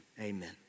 amen